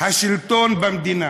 השלטון במדינה: